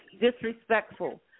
disrespectful